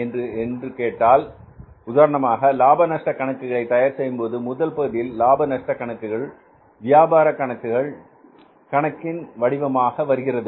என்பதை கேட்டால் உதாரணமாக லாப நஷ்டக் கணக்குகளை தயார் செய்யும்போது முதல் பகுதியில் லாப நஷ்ட கணக்கு வியாபார கணக்கின் வடிவமாக வருகிறது